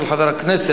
של חבר הכנסת